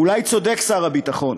אולי צודקים שר הביטחון